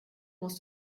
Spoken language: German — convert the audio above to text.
muss